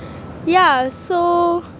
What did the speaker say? yeah so